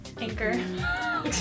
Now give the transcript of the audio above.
Anchor